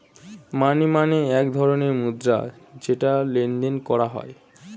মানি মানে এক ধরণের মুদ্রা যেটা লেনদেন করা হয়